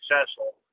successful